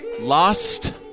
lost